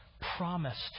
promised